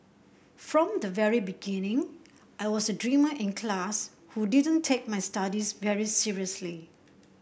from the very beginning I was a dreamer in class who didn't take my studies very seriously